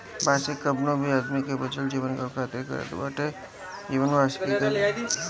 वार्षिकी कवनो भी आदमी के बचल जीवनकाल खातिर भुगतान करत बाटे ओके जीवन वार्षिकी कहल जाला